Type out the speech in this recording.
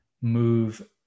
move